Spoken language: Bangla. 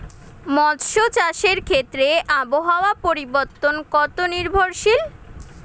মৎস্য চাষের ক্ষেত্রে আবহাওয়া পরিবর্তন কত নির্ভরশীল?